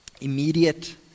immediate